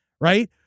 right